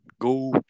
Go